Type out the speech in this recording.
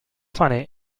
funny